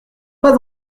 pas